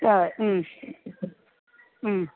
ആ മ്മ് മ്മ്